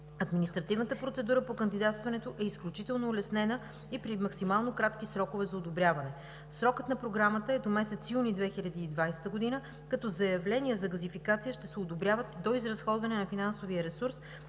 Административната процедура по кандидатстването е изключително улеснена и при максимално кратки срокове за одобряване. Срокът на Програмата е до месец юни 2020 г., като заявления за газификация ще се одобряват до изразходване на финансовия ресурс,